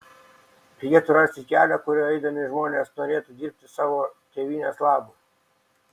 reikėtų rasti kelią kuriuo eidami žmonės norėtų dirbti savo tėvynės labui